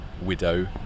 widow